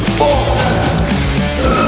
four